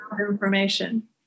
information